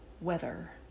weather